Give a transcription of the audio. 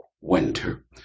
winter